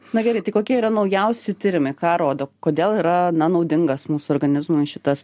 na gerai tai kokie yra naujausi tyrimai ką rodo kodėl yra na naudingas mūsų organizmui šitas